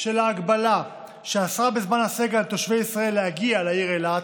של ההגבלה שאסרה בזמן הסגר על תושבי ישראל להגיע לעיר אילת,